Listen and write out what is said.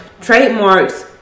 trademarks